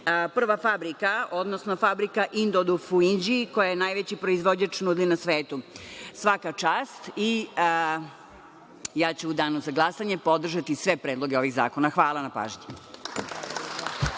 prva fabrika, odnosno fabrika „Indo Duff“ u Inđiji, koja je najveći proizvođač nudli na svetu. Svaka čast. Ja ću u danu za glasanje podržati sve predloge ovih zakona. Hvala na pažnji.